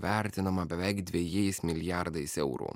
vertinama beveik dviejais milijardais eurų